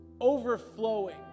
Overflowing